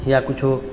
या कुछौ